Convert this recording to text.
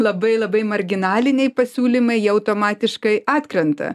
labai labai marginaliniai pasiūlymai jie automatiškai atkrenta